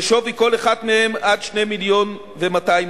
ששווי כל אחת מהן עד 2 מיליון ו-200,000.